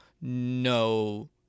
no